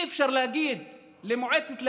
אי-אפשר להגיד למועצת לקיה: